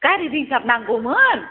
गारि रिर्जाब नांगौमोन